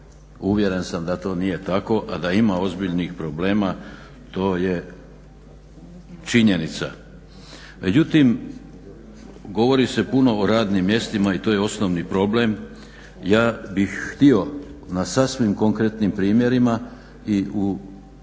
uvjeren sam da to nije tako, a da ima ozbiljnih problema to je činjenica. Međutim, govori se puno o radnim mjestima i to je osnovni problem. Ja bih htio na sasvim konkretnim primjerima i na